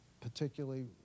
particularly